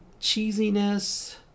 cheesiness